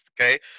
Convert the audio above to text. Okay